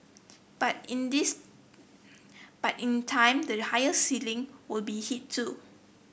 but in this but in time the higher ceiling will be hit too